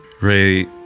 Ray